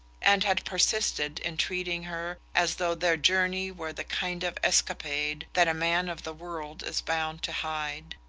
and had persisted in treating her as though their journey were the kind of escapade that a man of the world is bound to hide.